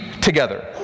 together